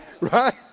Right